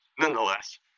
nonetheless